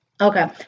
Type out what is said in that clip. Okay